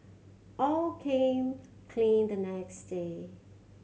aw came clean the next day